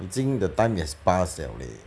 已经 the time has pass liao leh